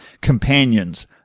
companions